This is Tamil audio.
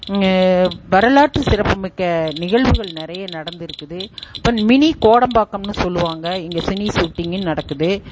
வரலாற்று சிறப்புமிக்க நிகழ்வுகள் நிறைய நடந்திருக்குது மினி கோடம்பாக்கம்னு சொல்லுவாங்க இங்கே சினி ஷூட்டிங்கும் நடக்குது